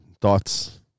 thoughts